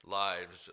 lives